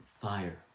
fire